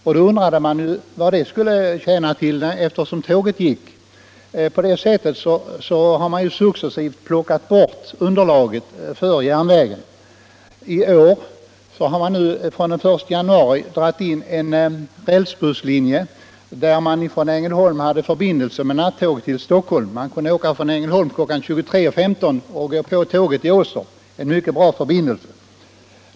Man undrade vad det skulle tjäna till, eftersom tåget gick samma sträcka. På detta sätt har emellertid underlaget för järnvägen successivt plockats bort. I år har från den 1 januari en rälsbusslinje indragits, varigenom man från Ängelholm hade förbindelse med nattåget till Stockholm. Man kunde fara från Ängelholm kl. 23.10 och stiga på tåget i Åstorp — en mycket bra förbindelse.